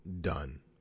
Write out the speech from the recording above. done